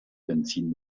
benzin